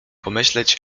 pomyśleć